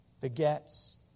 begets